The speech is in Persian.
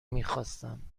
میخواستم